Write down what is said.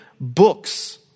books